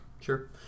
Sure